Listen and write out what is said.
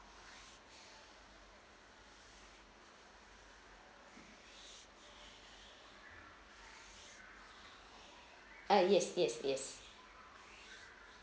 uh yes yes yes